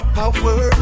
power